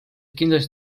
kindlasti